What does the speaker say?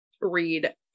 read